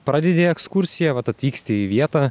pradedi ekskursiją vat atvyksti į vietą